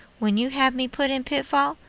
when you have me put in pitfall,